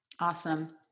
Awesome